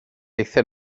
aethon